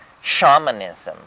shamanism